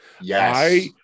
Yes